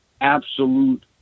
absolute